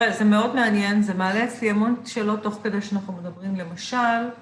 זה מאוד מעניין, זה מעלה אצלי המון שאלות, תוך כדי שאנחנו מדברים, למשל...